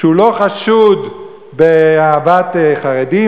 שהוא לא חשוד באהבת חרדים,